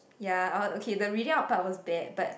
ya I okay the reading out part was bad but